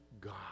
God